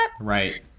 Right